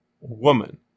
woman